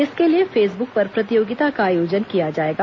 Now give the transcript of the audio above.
इसके लिए फेसबुक पर प्रतियोगिता का आयोजन किया जाएगा